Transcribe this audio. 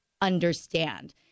understand